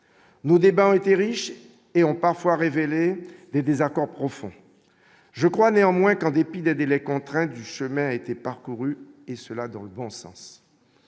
nous débat était riche et ont parfois révélait des désaccords profonds je crois néanmoins qu'en dépit des les contraintes du chemin a été parcouru et cela dans le bon sens,